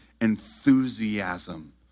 enthusiasm